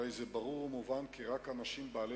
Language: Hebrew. הרי זה ברור ומובן כי רק האנשים בעלי